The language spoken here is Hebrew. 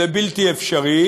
זה בלתי אפשרי,